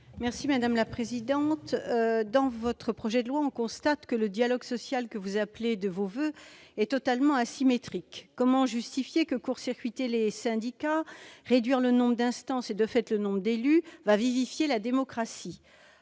Madame la ministre, à lire votre projet de loi, on constate que le dialogue social que vous appelez de vos voeux est totalement asymétrique. Comment justifier que court-circuiter les syndicats, réduire le nombre d'instances et, de fait, le nombre d'élus, vivifierait la démocratie ?